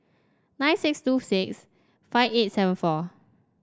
nine six two six five eight seven four